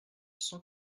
cent